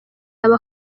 yaba